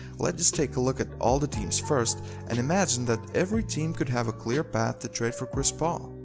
let's just take a look at all the teams first and imagine that every team could have a clear path to trade for chris paul.